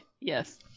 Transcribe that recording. Yes